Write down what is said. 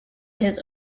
his